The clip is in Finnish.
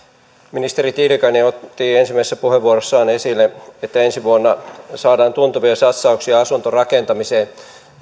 ministeri tiilikainen otti ensimmäisessä puheenvuorossaan esille että ensi vuonna saadaan tuntuvia satsauksia asuntorakentamiseen